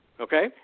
Okay